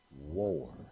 war